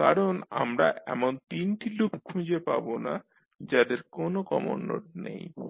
কারণ আমরা এমন 3 টি লুপ খুঁজে পাবো না যাদের কোন কমন নোড নেই